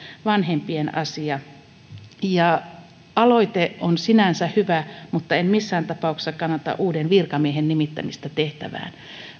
vanhempien asia aloite on sinänsä hyvä mutta en missään tapauksessa kannata uuden virkamiehen nimittämistä tehtävään